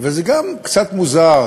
וזה גם קצת מוזר,